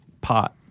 pot